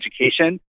education